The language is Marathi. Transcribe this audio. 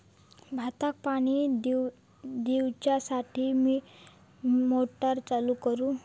भाताक पाणी दिवच्यासाठी मी मोटर चालू करू?